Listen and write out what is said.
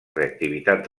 reactivitat